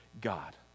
God